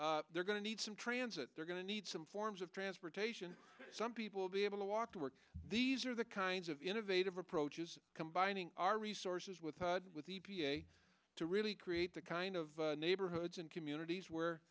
it they're going to need some transit they're going to need some forms of transportation some people will be able to walk to work these are the kinds of innovative approaches combining our resources with us with the e p a to really create the kind of neighborhoods and communities where